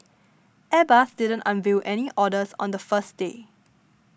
Airbus didn't unveil any orders on the first day